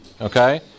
okay